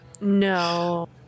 No